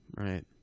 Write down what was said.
Right